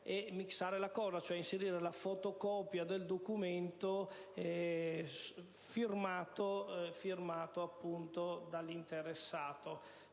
riformulare, ed inserire la fotocopia del documento firmato dall'interessato.